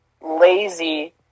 lazy